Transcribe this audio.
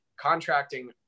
contracting